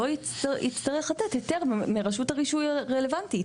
לא יצטרכו היתר מרשות הרישוי הרלוונטית,